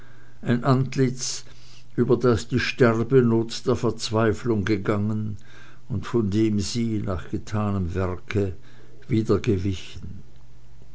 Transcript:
ein antlitz über das die sterbenot der verzweiflung gegangen und von dem sie nach getanem werke